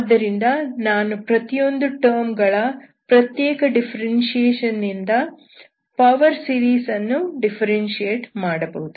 ಆದ್ದರಿಂದ ನಾನು ಪ್ರತಿಯೊಂದು ಟರ್ಮ್ ಗಳ ಪ್ರತ್ಯೇಕ ಡಿಫ್ಫೆರೆನ್ಶಿಯೇಷನ್ ನಿಂದ ಪವರ್ ಸೀರೀಸ್ ಅನ್ನು ಡಿಫ್ಫೆರೆನ್ಶಿಯೇಟ್ ಮಾಡಬಹುದು